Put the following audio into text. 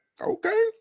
Okay